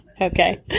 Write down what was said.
Okay